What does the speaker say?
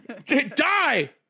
Die